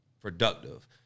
productive